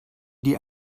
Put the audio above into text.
die